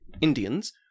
Indians